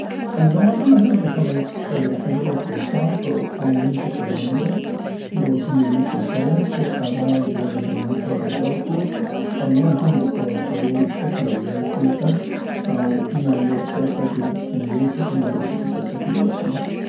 زما په نظرد خم، خمیره کیدلو پروسه په عمومي شکل باندې یو کیمیاوي پروسه ده څې هغه دواړه د نوشابه جاتو او یا هم خوړو شکل او ذایقې ته او نوعیت ته تغییر، له یو شکل نه به شکل ته تغییر ورکوي.